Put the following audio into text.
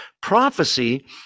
Prophecy